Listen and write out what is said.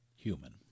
human